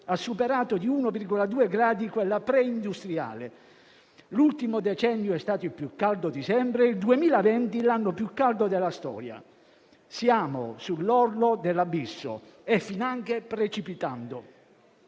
ha superato di 1,2 gradi quella preindustriale; l'ultimo decennio è stato il più caldo di sempre e il 2020 l'anno più caldo della storia. Siamo sull'orlo dell'abisso e stiamo finanche precipitando.